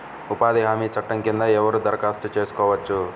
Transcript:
ఉపాధి హామీ చట్టం కింద ఎవరు దరఖాస్తు చేసుకోవచ్చు?